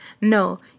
no